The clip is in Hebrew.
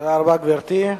תודה רבה, גברתי.